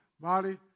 Body